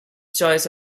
choice